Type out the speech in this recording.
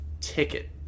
ticket